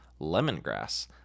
lemongrass